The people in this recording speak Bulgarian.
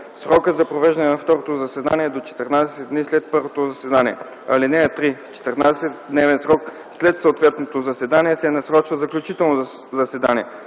Срокът за провеждане на второто заседание е до 14 дни след първото заседание. (3) В 14-дневен срок след съответното заседание се насрочва заключително заседание,